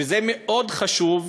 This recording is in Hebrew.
וזה מאוד חשוב,